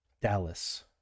Dallas